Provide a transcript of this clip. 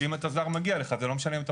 אם אתה זר אז מגיע לך וזה לא משנה אם אתה